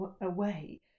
away